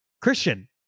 Christian